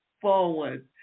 forward